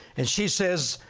and she says,